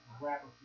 Rapper